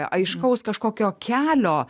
aiškaus kažkokio kelio